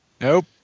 nope